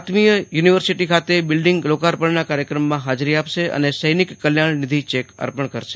આત્મીય university ખાતે building લો કાર્પ જ઼િના કાર્ય ક્રમમાં હાજરી આપશે અને સૈ નિક કલ્યાજ઼ નિધિ ચેક અર્પણ કરાશે